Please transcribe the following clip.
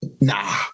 nah